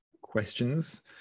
questions